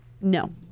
No